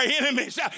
enemies